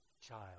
child